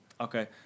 Okay